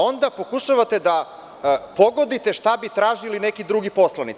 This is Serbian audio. Onda pokušavate da pogodite šta bi tražili neki drugi poslanici.